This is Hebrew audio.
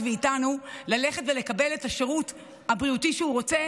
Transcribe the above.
מאיתנו ללכת ולקבל את השירות הבריאותי שהוא רוצה